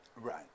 Right